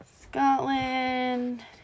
scotland